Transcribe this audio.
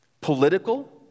political